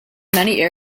many